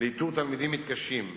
לאיתור תלמידים מתקשים.